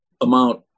amount